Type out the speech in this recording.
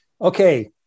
okay